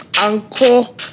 uncle